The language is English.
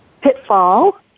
Pitfall